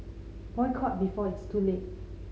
boycott before it's too late